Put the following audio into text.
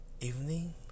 Evening